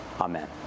Amen